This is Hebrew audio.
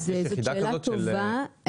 יש יחידה כזאת של --- זו שאלה טובה,